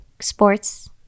sports